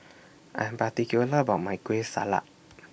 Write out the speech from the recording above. I Am particular about My Kueh Salat